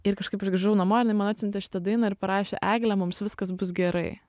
ir kažkaip aš grįžau namo jinai man atsiuntė šitą dainą ir parašė egle mums viskas bus gerai